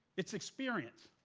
it's experience.